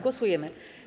Głosujemy.